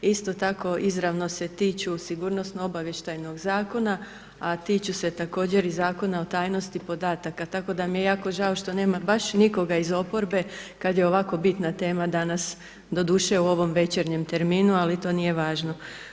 Isto tako, izravno se tiču Sigurnosno-obavještajnog zakona, a tiču se također i Zakona o tajnosti podataka, tako da mi je jako žao što nema baš nikoga iz oporbe kad je ovako bitna tema danas, doduše u ovom večernjem terminu, ali to nije važno.